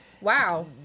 Wow